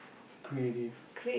creative